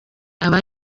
aba